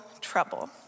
trouble